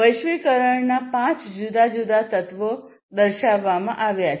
વૈશ્વિકરણના પાંચ જુદા જુદા તત્વો દર્શાવવામાં આવ્યા છે